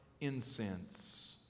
incense